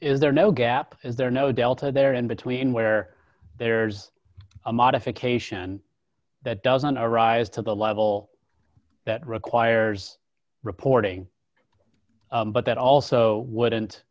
is there no gap is there no delta there in between where there's a modification that doesn't arise to the level that requires reporting but that also wouldn't